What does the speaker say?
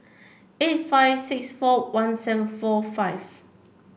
eight five six four one seven four five